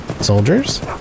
Soldiers